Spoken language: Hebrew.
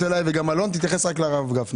תקף היום.